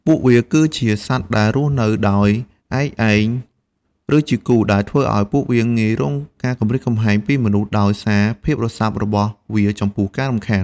ពួកវាគឺជាសត្វដែលរស់នៅដោយ ឯកឯង ឬជា គូ ដែលធ្វើឲ្យពួកវាងាយរងការគំរាមកំហែងពីមនុស្ស ដោយសារភាពរសើបរបស់វាចំពោះការរំខាន។